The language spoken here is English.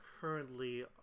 currently